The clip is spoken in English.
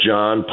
John